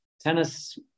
Tennis